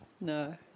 no